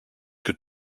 que